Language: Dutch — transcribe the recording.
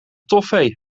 toffee